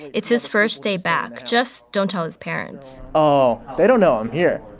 it's his first day back. just don't tell his parents oh, they don't know i'm here.